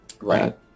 right